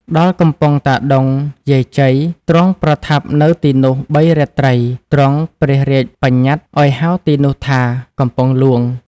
ដល់កំពង់តាដុង យាយជ័យ ទ្រង់ប្រថាប់ នៅទីនោះ ៣ រាត្រី ទ្រង់ព្រះរាជបញ្ញត្តឲ្យហៅទីនោះថា "កំពង់ហ្លួង"